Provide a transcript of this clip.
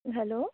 hello